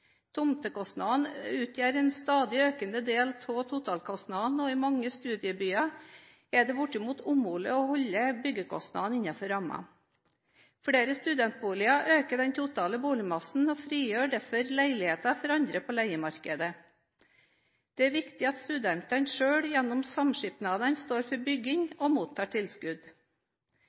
Tomtekostnaden utgjør en stadig økende del av totalkostnaden, og i mange studiebyer er det bortimot umulig å holde byggekostnadene innenfor rammen. Flere studentboliger øker den totale boligmassen og frigjør derfor leiligheter for andre på leiemarkedet. Det er viktig at studentene selv, gjennom samskipnadene, står for bygging og mottar tilskudd.